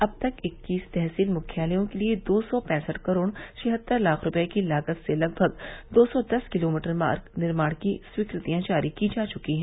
अब तक इक्कीस तहसील मुख्यालयों के लिए दो सौ पैसठ करोड़ छिहत्तर लाख रूपये की लागत से लगभग दो सौ दस किलोमीटर मार्ग निर्माण की स्वीकृतियां जारी की जा चुकी हैं